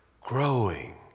growing